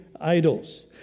idols